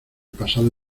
pasado